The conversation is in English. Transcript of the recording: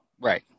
Right